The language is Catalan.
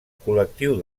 col·lectiu